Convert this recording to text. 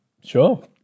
Sure